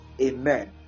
Amen